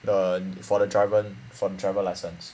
the for the driving for travel license